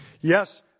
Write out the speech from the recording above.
Yes